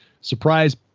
surprise